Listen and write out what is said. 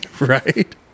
Right